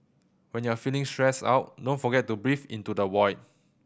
when you are feeling stressed out don't forget to breathe into the void